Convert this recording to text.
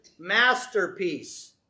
masterpiece